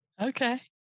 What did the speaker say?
okay